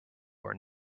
are